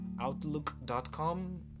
Outlook.com